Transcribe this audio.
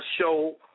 show